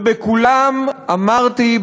ובכולן אמרתי,